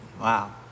Wow